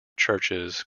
churches